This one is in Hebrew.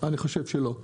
אני חושב שלא.